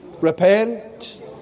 Repent